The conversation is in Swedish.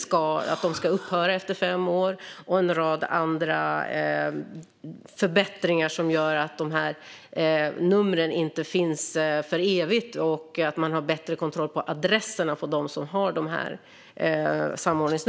Det finns också utrymme för en rad andra förbättringar som gör att numren inte finns för evigt och att man har bättre kontroll på adresserna för dem som har samordningsnummer.